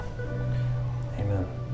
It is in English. Amen